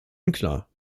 unklar